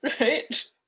Right